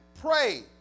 pray